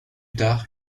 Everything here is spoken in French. tard